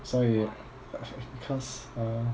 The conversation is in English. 所以 cause err